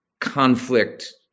conflict